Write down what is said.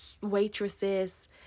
waitresses